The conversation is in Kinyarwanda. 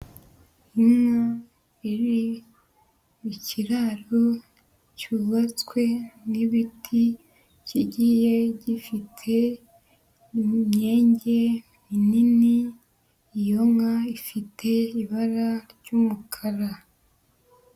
Inka iri mu kirararo cyubatswe n'ibiti kigiye gifite imyenge minini, iyo nka ifite ibara ry'umukara.